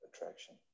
attraction